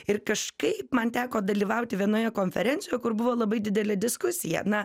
ir kažkaip man teko dalyvauti vienoje konferencijoje kur buvo labai didelė diskusija na